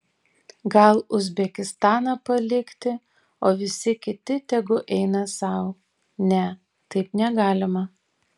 gal uzbekistaną palikti o visi kiti tegu eina sau ne taip negalima